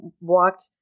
walked